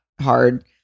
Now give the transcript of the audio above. hard